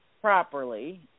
properly